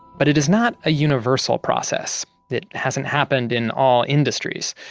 but it is not a universal process. that hasn't happened in all industries.